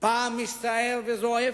פעם מסתער וזועף,